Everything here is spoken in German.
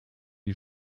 die